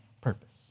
purpose